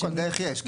לא, קודם כל דרך יש.